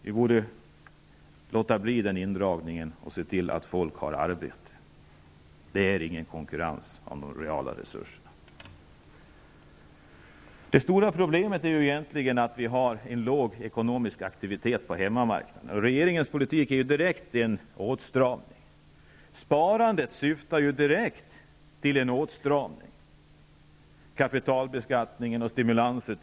Den indragningen borde inte ske. I stället borde man se till att folk har arbete. Det existerar ingen konkurrens om de reala resurserna. Det stora problemet är egentligen den låga ekonomiska aktiviteten på hemmamarknaden. Regeringens politik innebär en direkt åtstramining, liksom även sparandet, kapitalbeskattningen och sparstimulanserna.